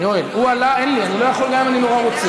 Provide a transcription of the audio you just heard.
יואל, אין לי, אני לא יכול גם אם אני נורא רוצה.